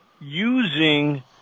using